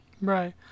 Right